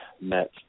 met